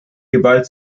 gewalt